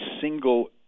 single